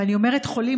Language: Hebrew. ואני אומרת חולים,